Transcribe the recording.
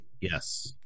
Yes